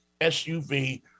SUV